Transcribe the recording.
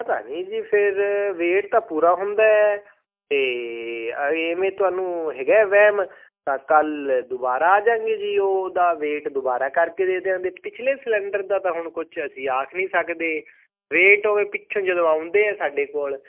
ਪਤਾ ਨਹੀਂ ਜੀ ਫਿਰ ਵੇਟ ਤਾਂ ਪੂਰਾ ਹੁੰਦਾ ਅਤੇ ਮੈਂ ਤੁਹਾਨੂੰ ਹੈਗਾ ਵਹਿਮ ਤਾਂ ਕੱਲ੍ਹ ਦੁਬਾਰਾ ਆ ਜਾਂਗੇ ਜੀ ਉਹਦਾ ਵੇਟ ਦੁਬਾਰਾ ਕਰਕੇ ਦੇ ਦਿਆਂਗੇ ਪਿਛਲੇ ਸਿਲਿੰਡਰ ਦਾ ਤਾਂ ਹੁਣ ਕੁਝ ਅਸੀਂ ਆਖ ਨਹੀਂ ਸਕਦੇ ਵੇਟ ਹੋਵੇ ਪਿੱਛੋਂ ਜਦੋਂ ਆਉਂਦੇ ਆ ਸਾਡੇ ਕੋਲ